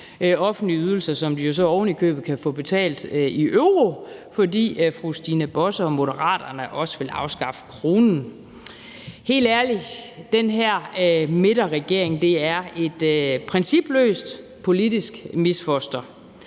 offentlige ydelser, som de så ovenikøbet kan få betalt i euro, fordi fru Stine Bosse og Moderaterne også vil afskaffe kronen. Helt ærligt, den her midterregeringen er et principløst politisk misfoster.